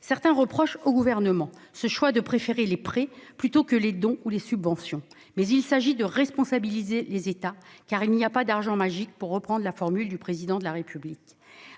Certains reprochent au Gouvernement ce choix de préférer les prêts plutôt que les dons ou les subventions, mais il importe de responsabiliser les États, car il n'y a pas d'« argent magique », pour reprendre une formule du Président de la République.